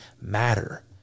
matter